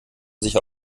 sicher